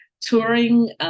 touring